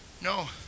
No